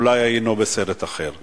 אולי היינו בסרט אחר.